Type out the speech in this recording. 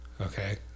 okay